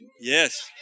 Yes